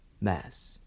Mass